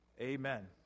Amen